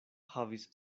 havis